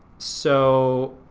so,